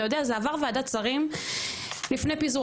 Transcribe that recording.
אתה יודע זה עבר וועדת שרים לפני פיזור